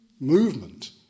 movement